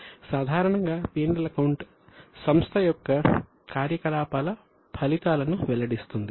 సాధారణంగా P L account సంస్థ యొక్క కార్యకలాపాల ఫలితాలను వెల్లడిస్తుంది